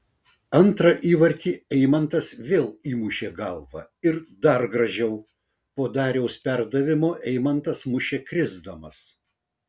antrą įvartį eimantas vėl įmušė galva ir dar gražiau po dariaus perdavimo eimantas mušė krisdamas